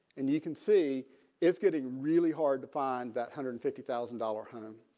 and you can see it's getting really hard to find that hundred and fifty thousand dollar home